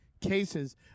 cases